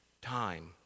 time